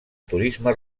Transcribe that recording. turisme